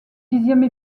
dixième